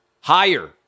Higher